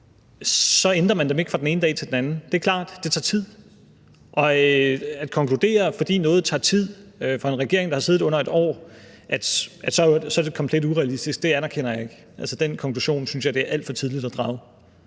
så ændrer man dem ikke fra den ene dag til den anden. Det er klart. Det tager tid. Men at konkludere, at fordi noget tager tid for en regering, der har siddet i under et år, så er det komplet urealistisk, anerkender jeg ikke. Den konklusion synes jeg at det er alt for tidligt at drage.